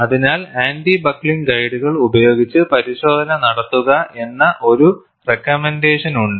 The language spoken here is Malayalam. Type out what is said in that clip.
അതിനാൽ ആന്റി ബക്ക്ലിംഗ് ഗൈഡുകൾ ഉപയോഗിച്ച് പരിശോധന നടത്തുക എന്ന ഒരു റെക്കമെൻറ്റേഷൻ ഉണ്ട്